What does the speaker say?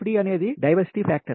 FD అనేది diversity factor